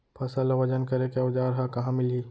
फसल ला वजन करे के औज़ार हा कहाँ मिलही?